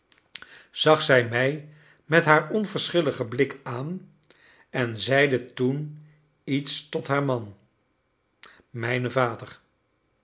zag zij mij met haar onverschilligen blik aan en zeide toen iets tot haar man mijn vader